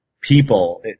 people